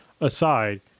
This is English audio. aside